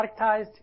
productized